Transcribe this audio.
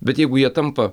bet jeigu jie tampa